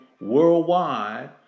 worldwide